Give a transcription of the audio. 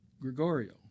Gregorio